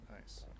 nice